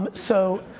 but so,